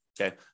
Okay